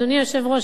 אדוני היושב-ראש,